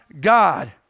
God